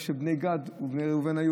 יש את בני גד ובני ראובן,